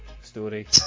story